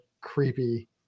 creepy